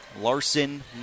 Larson